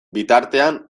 bitartean